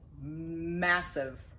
massive